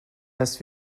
heißt